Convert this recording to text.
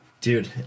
Dude